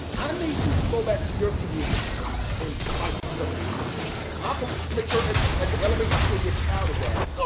i need you to go back to your community and fight for some of these things. how come but at at the elementary school your child is at,